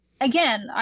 Again